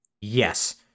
Yes